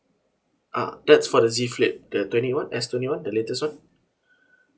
uh that's for the Z flip the twenty one S twenty one the latest one